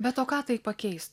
be to ką tai pakeistų